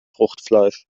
fruchtfleisch